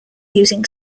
using